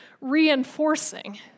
reinforcing